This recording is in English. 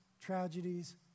tragedies